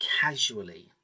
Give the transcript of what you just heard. casually